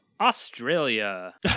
Australia